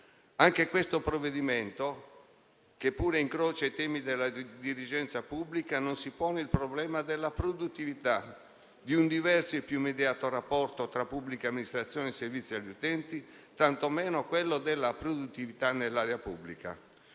Anche questo provvedimento, che pure incrocia i temi della dirigenza pubblica, non si pone il problema della produttività, di un diverso e più immediato rapporto tra pubblica amministrazione e servizi agli utenti, né tantomeno quello della produttività nell'area pubblica.